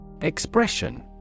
Expression